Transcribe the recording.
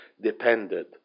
depended